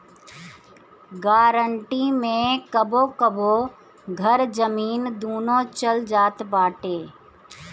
guarantee मे कबो कबो घर, जमीन, दूनो चल जात बाटे